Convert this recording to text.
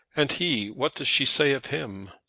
and he what does she say of him?